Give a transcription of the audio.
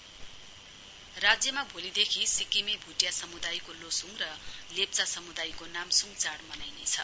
लोसुङ नाम्सुङ राज्यमा भोलिदेखि सिक्किमे भुटिया समुदायको लोसुङ र लेप्चा समुदायको नाम्सूङ चाढ़ मनाइनेछ